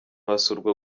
hasurwa